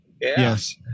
Yes